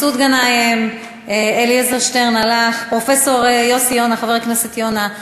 מסעוד גנאים, אלעזר שטרן, הלך, חבר הכנסת יונה,